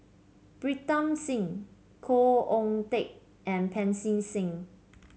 Pritam Singh Khoo Oon Teik and Pancy Seng